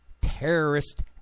terrorist